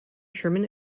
sherman